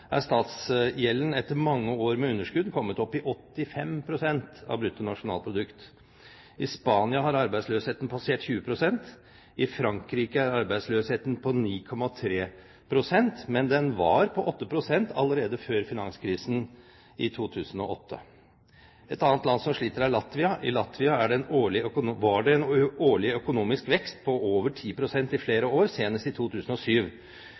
er statsgjelden etter mange år med underskudd kommet opp i 85 pst. av bruttonasjonalproduktet. I Spania har arbeidsløsheten passert 20 pst. I Frankrike er arbeidsløsheten på 9,3 pst., men den var på 8 pst. allerede før finanskrisen, i 2008. Et annet land som sliter, er Latvia. I Latvia var det en årlig økonomisk vekst på over 10 pst. i flere år, senest i 2007.